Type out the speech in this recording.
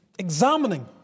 Examining